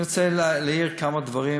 אני רוצה להעיר כמה דברים